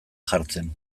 jartzen